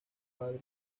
padre